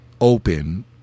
open